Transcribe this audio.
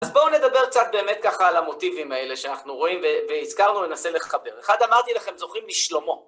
אז בואו נדבר קצת באמת ככה על המוטיבים האלה שאנחנו רואים, והזכרנו לנסה לחבר. אחד אמרתי לכם, זוכרים משלמה.